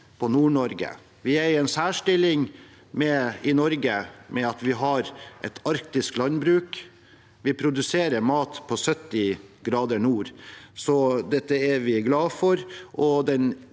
Vi er i en særstilling i Norge ved at vi har et arktisk landbruk. Vi produserer mat på 70 grader nord. Det er vi glad for,